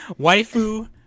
Waifu